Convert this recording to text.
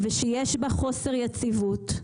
ושיש בה חוסר יציבות.